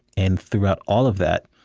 and throughout all of that,